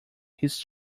his